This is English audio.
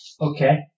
Okay